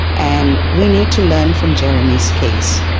and we need to learn from jeremy's case.